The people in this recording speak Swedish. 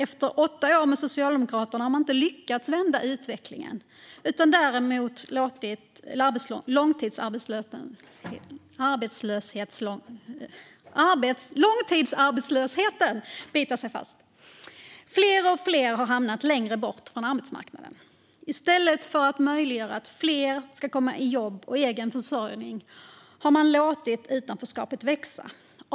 Efter åtta år med Socialdemokraterna har de inte lyckats vända utvecklingen utan har däremot låtit långtidsarbetslösheten bita sig fast. Fler och fler har hamnat längre bort från arbetsmarknaden. I stället för att möjliggöra för fler att komma i jobb och egen försörjning har man låtit utanförskapet växa.